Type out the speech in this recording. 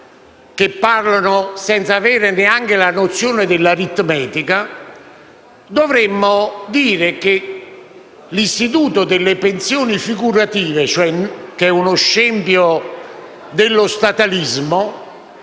che parlano senza avere neanche la nozione dell'aritmetica, dovremmo dire che l'istituto delle pensioni figurative, che è uno scempio dello statalismo,